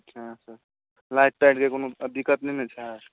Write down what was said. light टाइटक कोनो दिक़्क़त नहि ने छै